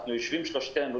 שלושתנו יושבים,